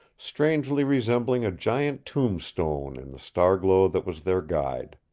strangely resembling a giant tombstone in the star-glow, that was their guide.